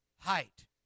height